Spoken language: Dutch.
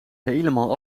helemaal